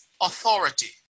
authority